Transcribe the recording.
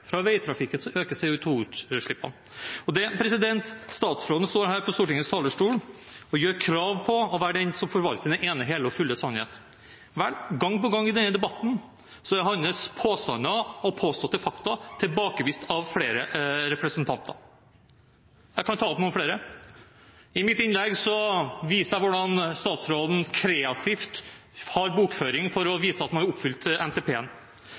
fra veitrafikken øker. Statsråden står her på Stortingets talerstol og gjør krav på å være den som forvalter den ene hele og fulle sannhet. Vel, gang på gang i denne debatten er hans påstander og påståtte fakta tilbakevist av flere representanter – og jeg kan ta opp noen flere. I mitt innlegg viste jeg hvordan statsråden kreativt har bokført for å vise at man